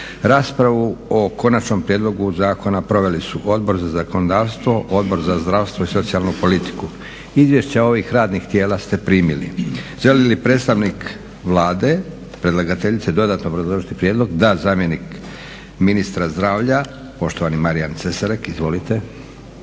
Raspravu o konačnom prijedlogu zakona proveli su Odbor za zakonodavstvo, Odbor za zdravstvo i socijalnu politiku. Izvješća ovih radnih tijela ste primili. Želi li predstavnik Vlade, predlagateljice dodatno obrazložiti prijedlog? Da, zamjenik ministra zdravlja poštovani Marjan Cesarik. Izvolite.